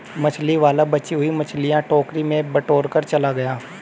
मछली वाला बची हुई मछलियां टोकरी में बटोरकर चला गया